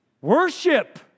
worship